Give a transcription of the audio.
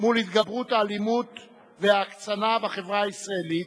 מול התגברות האלימות וההקצנה בחברה הישראלית,